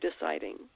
deciding